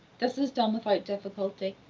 this is done without difficulty,